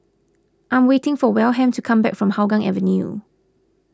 I'm waiting for Wilhelm to come back from Hougang Avenue